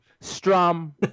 Strum